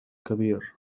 كبير